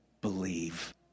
believe